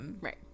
right